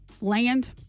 land